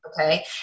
Okay